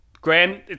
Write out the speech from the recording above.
Graham